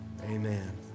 Amen